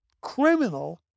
criminal